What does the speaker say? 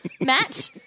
matt